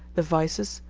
the vices,